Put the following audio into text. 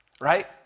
right